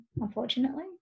unfortunately